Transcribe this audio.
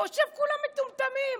חושב שכולם מטומטמים.